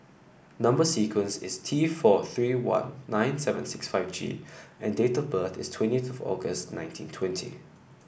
number sequence is T four three one nine seven six five G and date of birth is twenty eight August nineteen twenty